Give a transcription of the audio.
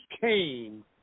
came